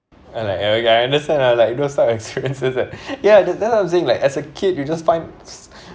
I like okay I understand ah like those type of experiences that ya that's what I'm saying like as a kid you just find